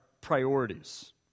priorities